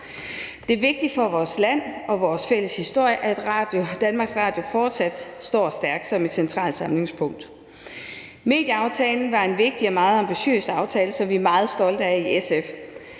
Det er vigtigt for vores land og vores fælles historie, at DR fortsat står stærkt som et centralt samlingspunkt. Medieaftalen var en vigtig og meget ambitiøs aftale, som vi er meget stolte af i SF.